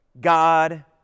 God